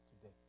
today